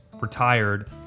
retired